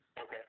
Okay